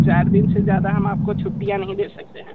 चार दिन से ज़्यादा हम आप को छुट्टियाँ नहीं दे सकते हैं